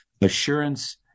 assurance